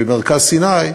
במרכז סיני,